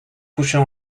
coucher